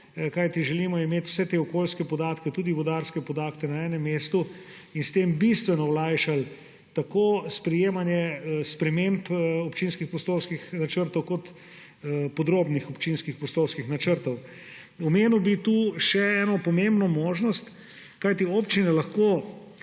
kajti želimo imeti vse te okoljske podatke, tudi vodarske podatke, na enem mestu; in s tem bistveno olajšali tako sprejemanje sprememb občinskih prostorskih načrtov kot podrobnih občinskih prostorskih načrtov. Omenil bi tu še eno pomembno možnost. Te občine, ki